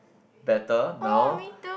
better now